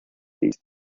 these